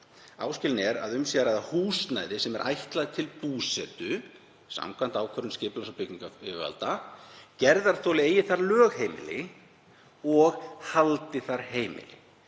Áskilið er að um sé að ræða húsnæði sem er ætlað til búsetu samkvæmt ákvörðun skipulags- og byggingaryfirvalda, gerðarþoli eigi þar lögheimili og haldi þar heimili.“